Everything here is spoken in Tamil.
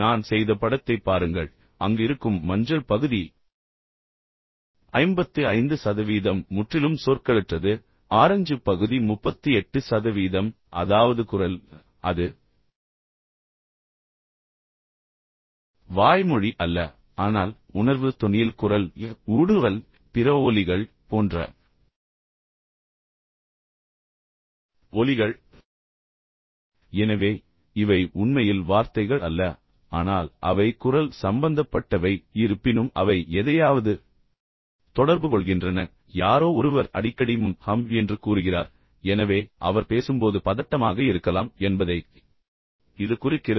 நான் செய்த படத்தைப் பாருங்கள் அங்கு இருக்கும் மஞ்சள் பகுதி 55 சதவீதம் முற்றிலும் சொற்களற்றது ஆரஞ்சு பகுதி 38 சதவீதம் அதாவது குரல் அது வாய்மொழி அல்ல ஆனால் உணர்வு தொனியில் குரல் ஊடுருவல் பிற ஒலிகள் போன்ற ஒலிகள் எனவே இவை உண்மையில் வார்த்தைகள் அல்ல ஆனால் அவை குரல் சம்பந்தப்பட்டவை இருப்பினும் அவை எதையாவது தொடர்புகொள்கின்றன யாரோ ஒருவர் அடிக்கடி ம் ஹம் என்று கூறுகிறார் எனவே அவர் பேசும்போது பதட்டமாக இருக்கலாம் என்பதைக் இது குறிக்கிறது